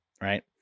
right